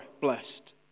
blessed